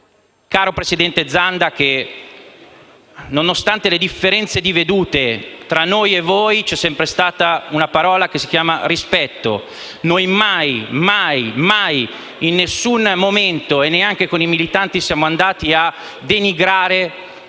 Caro presidente Zanda, penso che, nonostante le differenze di vedute, tra noi e voi vi sia sempre stata una parola che si chiama «rispetto»: noi mai e poi mai, in nessun momento, neanche con i militanti, siamo andati a denigrare il